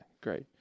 great